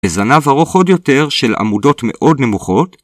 ‫זנב ארוך עוד יותר של עמודות מאוד נמוכות.